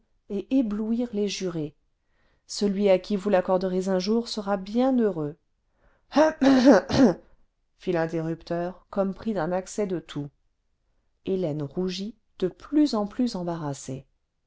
et éblouir les jurés celui à qui vous l'accorderez un jour sera bien heureux hum hum hum fit l'interrupteur comme pris d'un accès de toux hélène rougit de plus en plus embarrassée